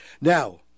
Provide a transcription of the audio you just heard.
Now